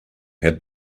had